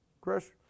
Chris